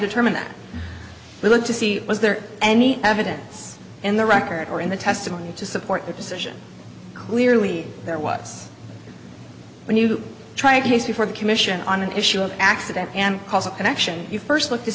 determine if we look to see was there any evidence in the record or in the testimony to support that decision clearly there was when you try a case before the commission on an issue of accident and cause a connection you first look to